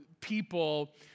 people